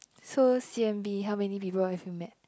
so C_M_B how many people have you met